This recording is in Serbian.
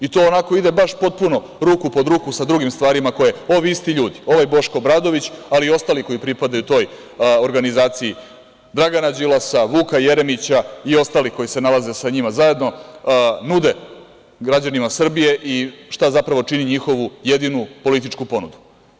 I to onako ide baš potpuno ruku pod ruku sa drugim stvarima koje ovi isti ljudi, ovaj Boško Obradović, ali i ostali koji pripadaju toj organizaciji Dragana Đilasa, Vuka Jeremića i ostali koji se nalaze sa njima zajedno, nude građanima Srbije i šta zapravo čini njihovu jedinu političku ponudu.